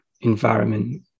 environment